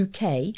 uk